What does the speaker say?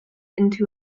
into